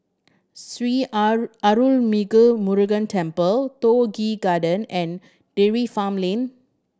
Sri Arulmigu Murugan Temple Toh Garden and Dairy Farm Lane